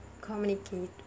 communicate